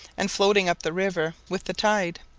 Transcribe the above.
and floating up the river with the tide.